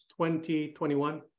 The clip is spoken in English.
2021